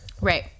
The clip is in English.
Right